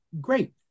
great